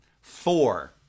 Four